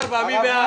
הצבעה בעד,